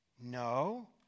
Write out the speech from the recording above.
No